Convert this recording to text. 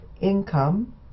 income